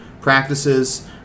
practices